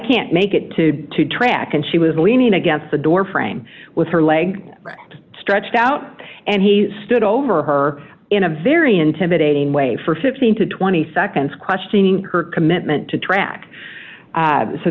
can't make it to two track and she was leaning against the door frame with her leg stretched out and he stood over her in a very intimidating way for fifteen to twenty seconds questioning her commitment to track